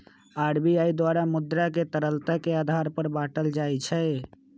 RBI द्वारा मुद्रा के तरलता के आधार पर बाटल जाइ छै